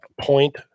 point